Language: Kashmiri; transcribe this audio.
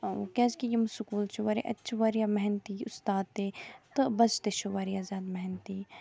کیٛاز کہٕ یِم سکوٗل چھِ واریاہ اَتہِ چھِ واریاہ محنتی اُستاد تہِ تہٕ بَچہِ تہِ چھِ واریاہ زیادٕ محنتی